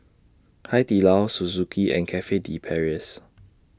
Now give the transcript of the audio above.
Hai Di Lao Suzuki and Cafe De Paris